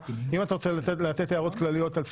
(הארכת תקופת הביניים והחלת הוראות נוספות),